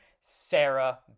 Sarah